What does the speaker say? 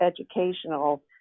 educational